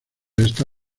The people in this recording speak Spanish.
esta